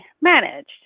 managed